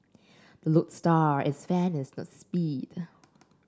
the lodestar is fairness not speed